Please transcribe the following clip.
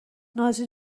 نازی